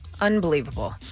Unbelievable